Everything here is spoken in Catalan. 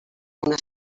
una